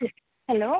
hello